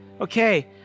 okay